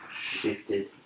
shifted